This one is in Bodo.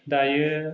दायो